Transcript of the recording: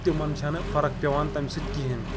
تِمَن چھَنہٕ فرق پٮ۪وان تَمہِ سۭتۍ کِہیٖنۍ